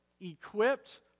equipped